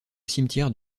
cimetière